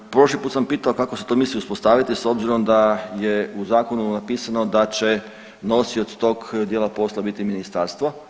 Prošli put sam pitao kako se to misli uspostaviti s obzirom da je u zakonu napisano da će nosioc tog dijela posla biti ministarstvo.